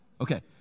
Okay